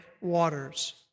waters